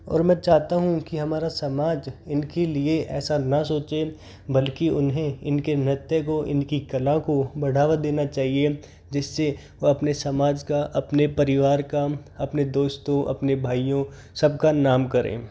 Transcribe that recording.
और मैं चाहता हूँ कि हमारा समाज इनके लिए ऐसा न सोचे बल्कि उन्हें इनके नृत्य को इनकी कला को बढ़ावा देना चाहिए जिससे वह अपने समाज का अपने परिवार का अपने दोस्तों अपने भाइयों सबका नाम करें